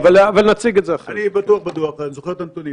על הציוד שיש לו וגם על האנשים,